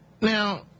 Now